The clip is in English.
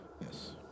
Yes